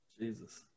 Jesus